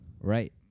Right